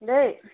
দেই